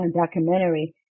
documentary